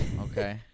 Okay